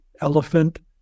elephant